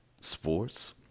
sports